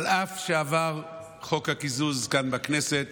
אף שעבר חוק הקיזוז כאן בכנסת,